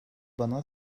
bana